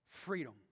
Freedom